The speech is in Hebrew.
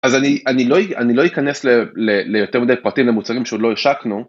אז אני לא אכנס ליותר מדי פרטים למוצרים שעוד לא השקנו.